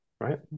right